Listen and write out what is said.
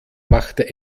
machte